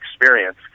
experience